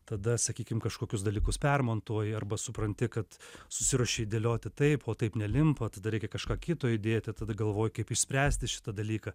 tada sakykim kažkokius dalykus permontuoji arba supranti kad susiruošei dėlioti taip o taip nelimpa tada reikia kažką kito įdėti tada galvoji kaip išspręsti šitą dalyką